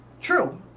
True